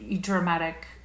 dramatic